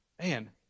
man